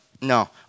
No